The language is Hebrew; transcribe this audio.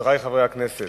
חברי חברי הכנסת,